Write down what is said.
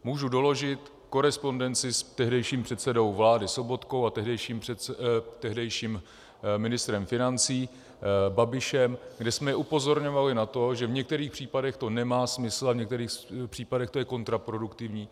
Můžu doložit korespondenci s tehdejším předsedou vlády Sobotkou a tehdejším ministrem financí Babišem, kde jsme upozorňovali na to, že v některých případech to nemá smysl a v některých případech to je kontraproduktivní.